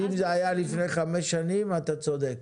אם זה היה לפני חמש שנים, אתה צודק.